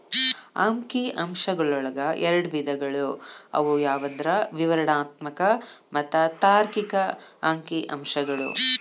ಅಂಕಿ ಅಂಶಗಳೊಳಗ ಎರಡ್ ವಿಧಗಳು ಅವು ಯಾವಂದ್ರ ವಿವರಣಾತ್ಮಕ ಮತ್ತ ತಾರ್ಕಿಕ ಅಂಕಿಅಂಶಗಳು